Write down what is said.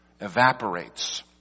evaporates